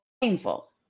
painful